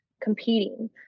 competing